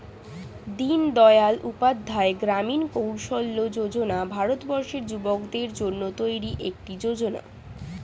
দিনদয়াল উপাধ্যায় গ্রামীণ কৌশল্য যোজনা ভারতবর্ষের যুবকদের জন্য তৈরি একটি যোজনা